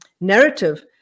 narrative